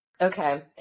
Okay